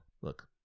look